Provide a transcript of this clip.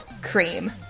Cream